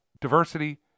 diversity